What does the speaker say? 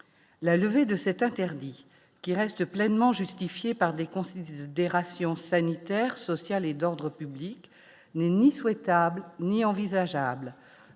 la levée de cet interdit qui reste pleinement justifié par des considérations sanitaires, sociales et d'ordre public n'est ni souhaitable, ni envisageable